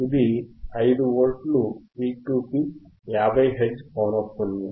ఇది 5 volts peak to peak 50 hertz పౌనఃపున్యం